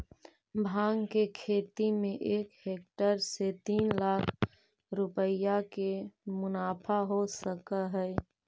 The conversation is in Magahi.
भाँग के खेती में एक हेक्टेयर से तीन लाख रुपया के मुनाफा हो सकऽ हइ